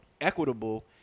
equitable